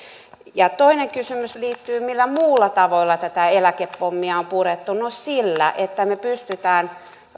toinen kysymys liittyy siihen millä muilla tavoilla tätä eläkepommia on purettu no sillä että me pystymme